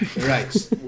Right